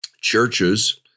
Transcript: churches